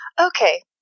okay